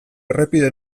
errepide